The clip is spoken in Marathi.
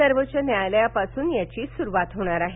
सर्वोच्च न्यायालयापासुनच याची सुरुवात होणार आहे